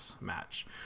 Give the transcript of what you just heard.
match